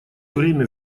время